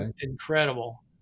incredible